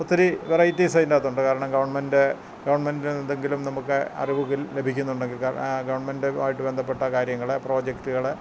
ഒത്തിരി വെറൈറ്റീസ് ഇതിനകത്തുണ്ട് കാരണം ഗവൺമെൻറ്റ് ഗവൺമെൻറ്റ് എന്തെങ്കിലും നമുക്ക് അറിവുകൾ ലഭിക്കുന്നുണ്ടെങ്കിൽ ഗവൺമെൻറ്റ് ആയിട്ട് ബന്ധപ്പെട്ട കാര്യങ്ങൾ പ്രോജക്റ്റുകൾ